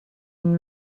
une